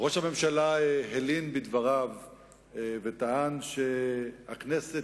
ראש הממשלה הלין בדבריו וטען שהכנסת